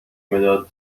مداد